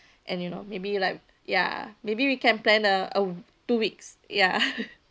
and you know maybe like ya maybe we can plan a a two weeks ya